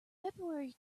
february